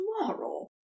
tomorrow